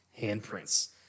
handprints